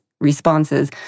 responses